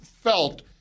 felt